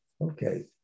Okay